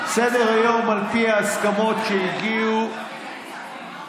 סדר-היום על פי ההסכמות שהגיעו אליהן,